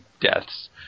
deaths